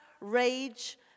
rage